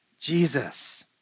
Jesus